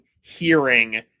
hearing